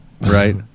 right